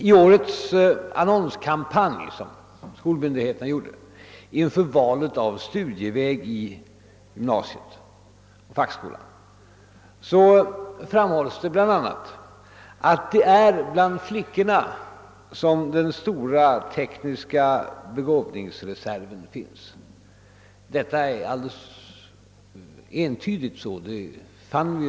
I årets annonskampanj som skolmyndigheterna har bedrivit inför valet av studieväg i gymnasiet och fackskolan framhålls det bl.a., att det är bland flickorna som den stora tekniska begåvningsreserven finns. Detta är alldeles entydigt.